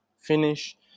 finish